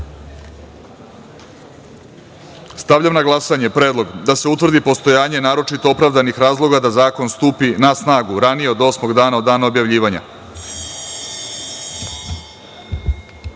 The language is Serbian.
načelu. Stavljam na glasanje Predlog da se utvrdi postojanje naročito opravdanih razloga da zakon stupi na snagu ranije od osmog dana od dana objavljivanja. Zaključujem